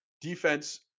defense